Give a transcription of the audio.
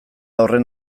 horren